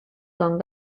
con